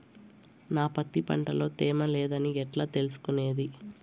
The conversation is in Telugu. నా పత్తి పంట లో తేమ లేదని ఎట్లా తెలుసుకునేది?